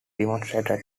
demonstrated